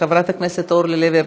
חברת הכנסת אורלי לוי אבקסיס,